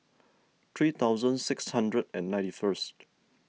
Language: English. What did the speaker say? three thousand six hundred and ninety first